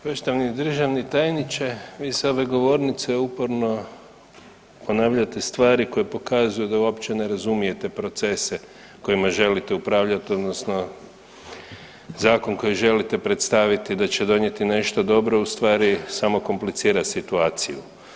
Poštovani državni tajniče, vi s ove govornice uporno ponavljate stvari koje pokazuju da uopće ne razumijete procese kojima želite upravljat odnosno zakon koji želite predstaviti da će donijeti nešto dobro u stvari samo komplicira situaciju.